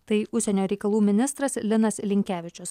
tai užsienio reikalų ministras linas linkevičius